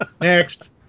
next